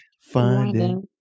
Finding